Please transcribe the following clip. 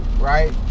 right